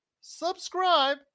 subscribe